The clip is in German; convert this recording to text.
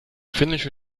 finnische